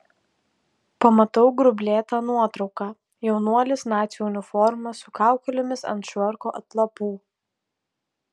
pamatau grublėtą nuotrauką jaunuolis nacių uniforma su kaukolėmis ant švarko atlapų